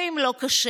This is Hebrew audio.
ואם לא קשה,